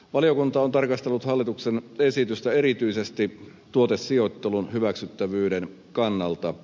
valiokunta on tarkastellut hallituksen esitystä erityisesti tuotesijoittelun hyväksyttävyyden kannalta